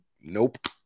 Nope